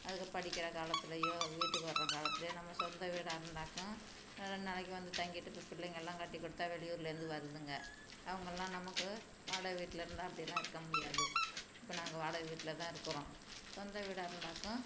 அதுங்க படிக்கிற காலத்திலையோ வீட்டுக்கு வர்ற காலத்திலையோ நம்ம சொந்த வீடாக இருந்தாக்கா ரெண்டு நாளைக்கு வந்து தங்கிட்டு இப்போ பிள்ளைங்கள்லாம் கட்டிக் கொடுத்தா வெளியூர்லேந்து வருதுங்க அவங்களாம் நமக்கு வாடகை வீட்டில இருந்தால் அப்படிலாம் இருக்க முடியாது இப்போ நாங்கள் வாடகை வீட்டில தான் இருக்கிறோம் சொந்த வீடாக இருந்தாக்கா